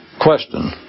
Question